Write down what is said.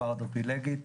פרפלגית,